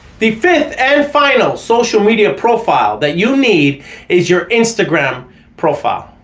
the fifth and final social media profile that you need is your instagram profile.